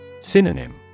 Synonym